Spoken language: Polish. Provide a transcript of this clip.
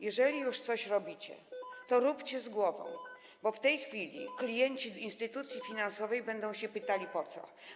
Jeżeli już coś robicie, to róbcie to z głową, bo w tej chwili klienci instytucji finansowych będą pytali: Po co?